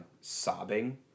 sobbing